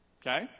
Okay